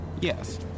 Yes